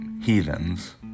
heathens